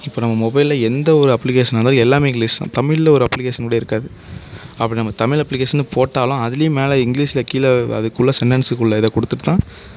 இப்போ நம்ம மொபைலில் எந்த ஒரு அப்ளிக்கேஷன்னாக இருந்தாலும் எல்லாமே இங்கிலீஷ் தான் தமிழ்ல ஒரு அப்ளிக்கேஷன் கூட இருக்காது அப்படி நம்ம தமிழ் அப்ளிக்கேஷன் போட்டாலும் அதுலேயும் மேலே இங்கிலீஷில் கீழே அதுக்குள்ள சென்டென்ஸ் குள்ளே இதை கொடுத்துட்டு தான் அப்ளிக்கேஷன்